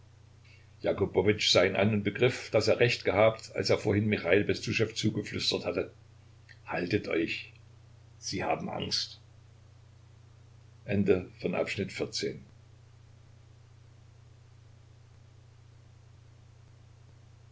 sah ihn an und begriff daß er recht gehabt als er vorhin michail bestuschew zugeflüstert hatte haltet euch sie haben angst